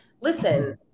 listen